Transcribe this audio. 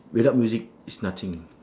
without music is nothing